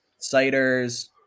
ciders